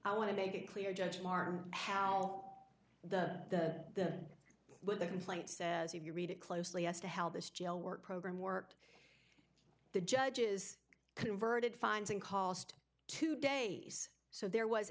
i want to make it clear judge marm how the with the complaint says if you read it closely as to how this jail work program worked the judges converted fines and cost two days so there was